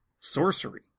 sorcery